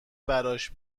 براش